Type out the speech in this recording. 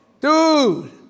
Dude